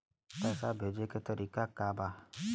पैसा भेजे के तरीका का बा?